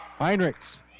Heinrichs